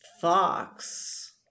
fox